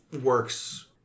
works